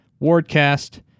Wardcast